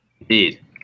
Indeed